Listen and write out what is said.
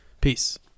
Peace